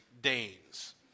Danes